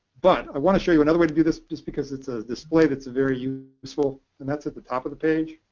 but i want to show you another way to do this just because it's a display that's very useful, and that's at the top of the page.